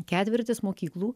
ketvirtis mokyklų